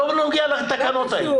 זה לא נוגע לתקנות.